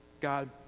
God